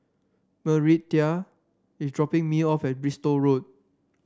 Marietta is dropping me off at Bristol Road